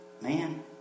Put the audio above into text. man